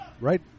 right